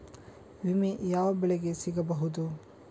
ವಿಮೆ ಯಾವ ಬೆಳೆಗೆ ಸಿಗಬಹುದು?